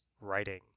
writing